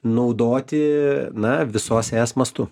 naudoti na visos es mastu